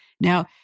Now